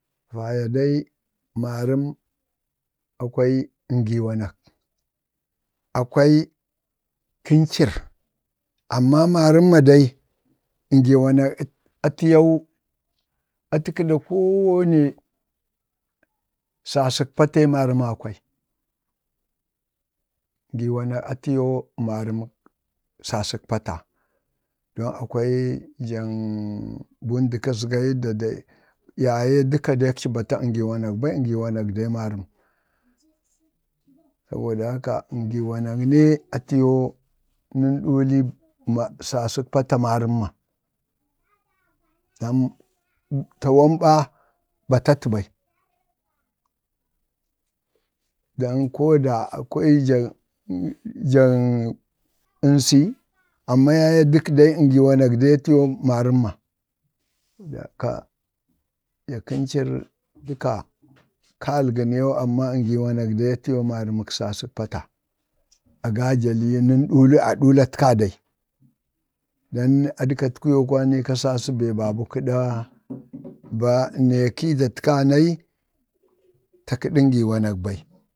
dai marən akwai ngiwanak akwai kəncir, amma marəmma dai ngiwanak atiyau, ata kaɗa koo wanii sasak pata ii marema kwai ngiwanak atiyoo marəmək sosək pata, don akwai njak bundik kazgoi yaye aci bata ngiwanak bai ngi wanak dai marəm saboda haka ngiwanak nee atiyo nən ɗulii sasək pata marəmma, dan tawan ba batatu bai, dan koo da akwai jaŋ-jaŋ-ansi, amma yaye duk dai ngiwanak atiyoo marəmma, saboda haka jak ngiwanak atiyoo marəək sasək pata agaja lii nən dul-a duulat ka dai, don aɗkatkuu yoo kwa niika sasi bee ba bə kədaa baneekii datkanai ta kadə ngiwa nall bai.